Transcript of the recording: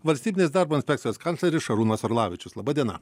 valstybinės darbo inspekcijos kancleris šarūnas orlavičius laba diena